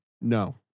No